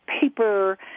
paper